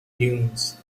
dunes